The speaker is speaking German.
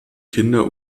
kinder